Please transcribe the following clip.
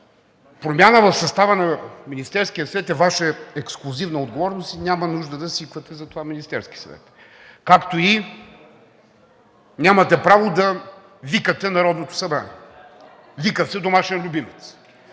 промяна в състава на Министерския съвет е Ваша ексклузивна отговорност и няма нужда да свиквате за това Министерския съвет, както и нямате право да „викате“ Народното събрание – вика се домашен любимец.